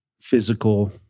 physical